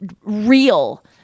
real